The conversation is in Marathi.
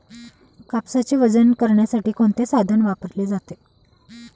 कापसाचे वजन करण्यासाठी कोणते साधन वापरले जाते?